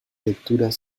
lecturas